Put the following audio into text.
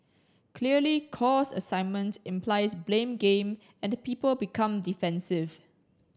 clearly cause assignment implies blame game and the people become defensive